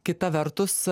kita vertus